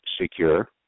secure